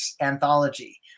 anthology